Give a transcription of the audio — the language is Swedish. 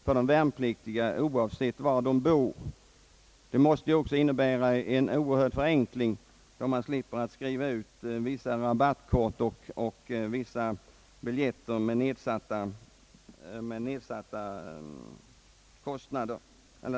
Ett system med fribiljetter måste ju också innebära en oerhörd förenkling, då man slipper skriva ut mängder av rabattkort och biljetter med nedsatta priser.